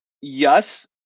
yes